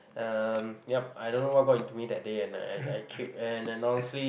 um yup I don't know what got into me that day I I queued and honestly